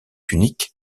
unique